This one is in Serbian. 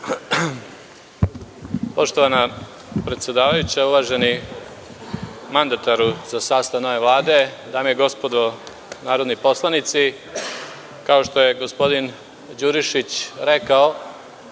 Poštovana predsedavajuća, uvaženi mandataru za sastav nove Vlade, dame i gospodo narodni poslanici, kao što je gospodin Đurišić rekao